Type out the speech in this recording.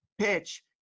PITCH